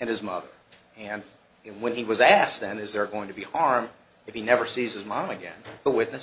and his mother and when he was asked then is there going to be harm if he never sees his mom again the witness